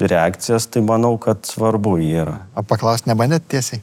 reakcijas tai manau kad svarbu yra paklaust nebandėt tiesiai